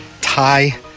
Thai